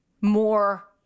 more